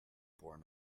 born